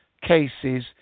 cases